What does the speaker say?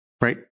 right